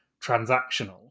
transactional